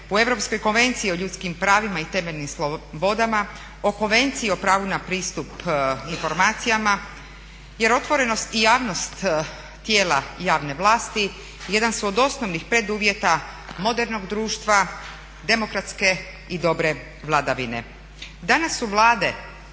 u Europskoj konvenciji o ljudskim pravima i temeljnim slobodama, o Konvenciji o pravu na pristup informacijama jer otvorenost i javnost tijela javne vlasti jedan su od osnovnih preduvjeta modernog društva, demokratske i dobre vladavine. Danas su Vlade